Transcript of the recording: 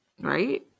Right